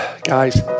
guys